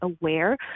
aware